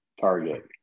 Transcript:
Target